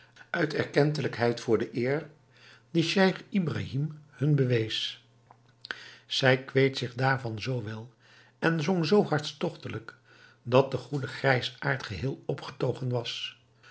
uit erkentelijkheid voor de eer die scheich ibrahim hun bewees zij kweet zich daarvan zoo wel en zong zoo hartstogtelijk dat de goede grijsaard geheel opgetogen was